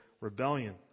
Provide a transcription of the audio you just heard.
rebellion